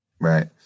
Right